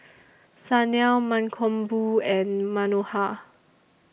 Sanal Mankombu and Manohar